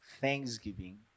thanksgiving